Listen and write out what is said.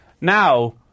Now